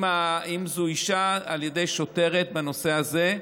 אם זו אישה, על ידי שוטרת, בנושא הזה.